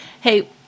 Hey